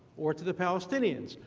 or to the palestinians,